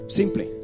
simple